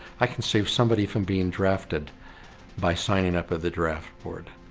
i can save somebody from being drafted by signing up of the draft board.